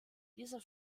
dieser